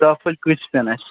دوا فٔلۍ کۭتِس پٮ۪ن اَسہِ